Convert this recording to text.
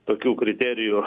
tokių kriterijų